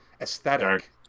aesthetic